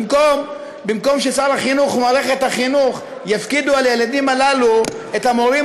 במקום ששר החינוך ומערכת החינוך יפקידו על הילדים הללו את המורים